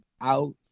out